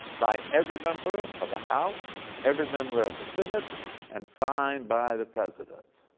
by every member of the house, every member of the senate and signed by the president.